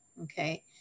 Okay